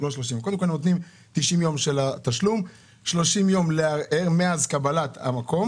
קודם כול נותנים 90 ימים לתשלום ו-30 ימים לערער מאז קבלת הדוח.